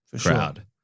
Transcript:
crowd